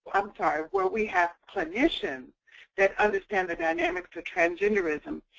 i'm sorry, where we have clinicians that understand the dynamics of transgenderism,